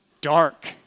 dark